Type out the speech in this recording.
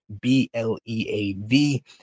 B-L-E-A-V